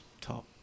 top